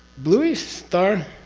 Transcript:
blueish star.